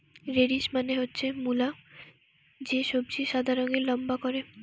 radish মানে হচ্ছে মুলো, যে সবজি সাদা রঙের লম্বা করে